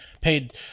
paid